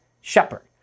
shepherd